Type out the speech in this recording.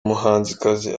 muhanzikazi